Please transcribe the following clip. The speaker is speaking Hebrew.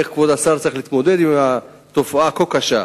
איך כבוד השר צריך להתמודד עם תופעה כה קשה.